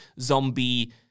zombie